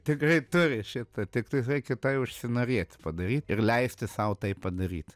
tikrai turi šitą tiktais reikia tą užsinorėti padaryt ir leisti sau tai padaryt